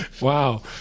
wow